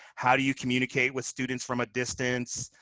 how do you communicate with students from a distance?